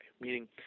Meaning